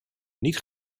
niet